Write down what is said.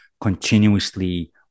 continuously